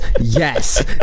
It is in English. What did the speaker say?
Yes